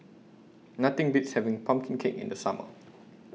Nothing Beats having Pumpkin Cake in The Summer